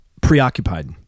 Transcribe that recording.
preoccupied